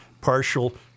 partial